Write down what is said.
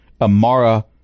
Amara